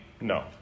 No